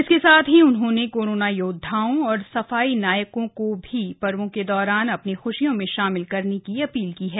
इसके साथ ही उन्होंने कोरोना योद्वाओं और सफाई नायकों को भी पर्वो के दौरान अपनी खुशियों में शामिल करने की अपील की है